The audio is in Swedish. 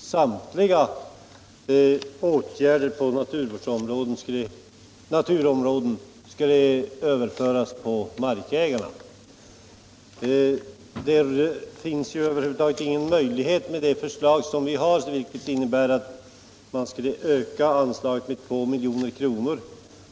samtliga åtgärder på naturvårdsområdet skulle överföras på markägarna. Det finns ju över huvud taget ingen möjlighet till det enligt vårt förslag om att anslaget skall ökas med 2 milj.kr.